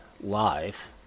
live